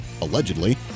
allegedly